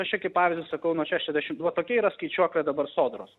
aš čia kaip pavyzdį sakau nuo šešiasdešim va tokia yra skaičiuoklė dabar sodros